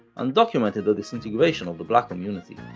and documented the disintegration of the black community.